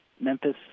Memphis